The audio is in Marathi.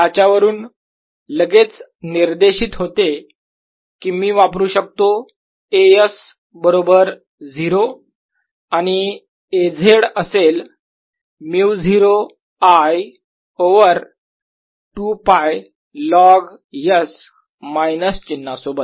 याच्यावरून लगेच निर्देशीत होते की मी वापरू शकतो A s बरोबर 0 आणि A z असेल μ0 I over 2 π log s minus चिन्ह सोबत